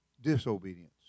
disobedience